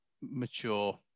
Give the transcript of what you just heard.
mature